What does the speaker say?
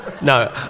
No